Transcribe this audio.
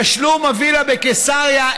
תשלום הווילה בקיסריה,